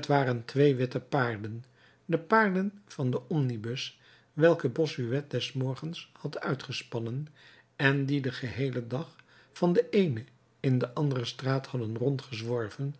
t waren twee witte paarden de paarden van den omnibus welke bossuet des morgens had uitgespannen en die den geheelen dag van de eene in de andere straat hadden rondgezworven en